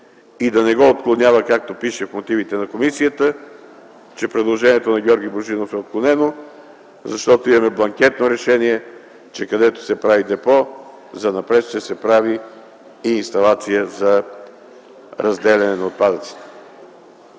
и да не го отклонява, както пише в мотивите на комисията, че предложението на Георги Божинов е отклонено, защото имаме бланкетно решение, че където се прави депо, занапред ще се прави и инсталация за разделяне на отпадъците.